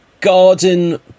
garden